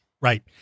right